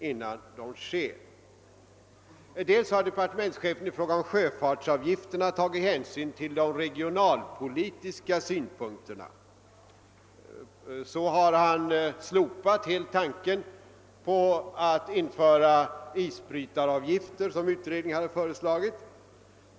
Vidare har departementschefen i fråga om sjöfartsavgifterna tagit hänsyn till de regionalpolitiska synpunkterna, och han har slopat idén att införa isbrytaravgifter, vilket utredningen hade föreslagit.